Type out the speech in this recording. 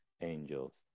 angels